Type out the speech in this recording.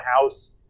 house